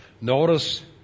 Notice